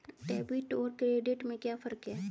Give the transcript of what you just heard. Debit और credit में क्या फर्क है?